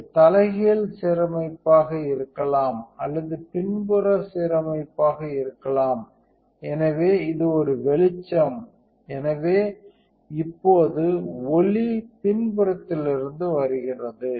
இது தலைகீழ் சீரமைப்பாக இருக்கலாம் அல்லது பின்புற சீரமைப்பாக இருக்கலாம் எனவே இது ஒரு வெளிச்சம் எனவே இப்போது ஒளி பின்புறத்திலிருந்து வருகிறது